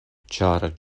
ĉar